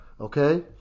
okay